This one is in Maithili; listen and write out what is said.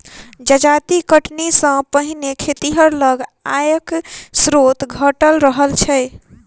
जजाति कटनी सॅ पहिने खेतिहर लग आयक स्रोत घटल रहल छै